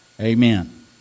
Amen